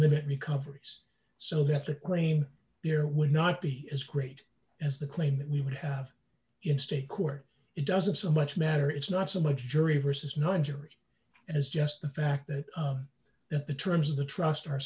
limit recoveries so that's the claim there would not be as great as the claim that we would have in state court it doesn't so much matter it's not so much jury vs no injury as just the fact that the terms of the trust are